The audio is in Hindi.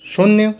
शून्य